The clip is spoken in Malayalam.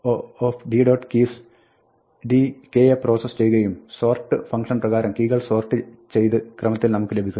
keys d k യെ process ചെയ്യുകയും sort ഫംഗ്ഷൻ പ്രകാരം കീകൾ സോർട്ട് ചെയ്ത ക്രമത്തിൽ നമുക്ക് ലഭിക്കുന്നു